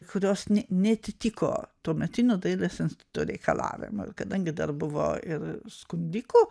kurios neatitiko tuometinio dailės instituto reikalavimų kadangi dar buvo ir skundikų